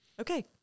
Okay